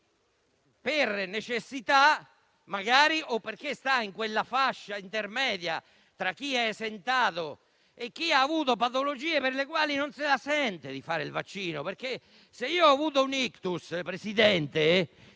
per necessità magari o perché sta in quella fascia intermedia tra chi è esentato e chi ha avuto patologie, non se la sente di fare il vaccino? Se io ho avuto un ictus, Presidente,